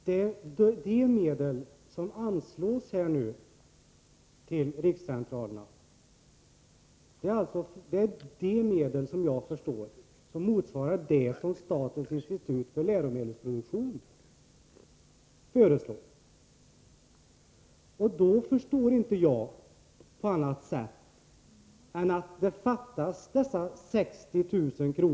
Herr talman! De medel som nu kommer att anslås motsvarar, såvitt jag förstår, det som statens institut för läromedelsinformation föreslår. Då kan jag inte inse annat än att de 60 000 kr.